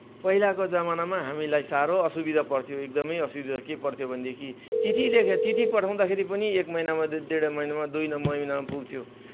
पहिलाको जमनामा हामीलाई साह्रो असुविधा पर्थ्यो एकदमै असुविधा के पर्थ्यो भनेदेखि चिठी लेखेर चिठी पठाउँदाखेरि पनि एक महिनामा डेढ महिनामा दुई महिनामा पुग्थ्यो